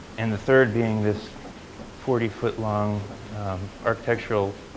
and the third being this forty foot long architectural